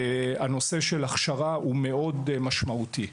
והנושא של הכשרה הוא מאוד משמעותי.